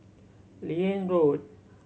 Liane Road